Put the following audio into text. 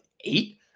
eight